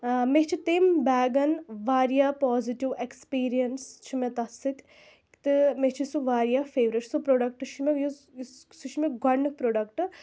آ مےٚ چھِ تٔمۍ بیگَن واریاہ پازِٹیو ایکٕسپیٖرنَس چھِ مےٚ تَتھ سۭتۍ تہٕ مےٚ چھُ سُہ واریاہ فیٚورِٹ سُہ پرٛوڈکٹہٕ چھُ مےٚ یُس یُس سُہ چھُ مےٚ گۄڈٕنیُک پرٛوڈکٹہٕ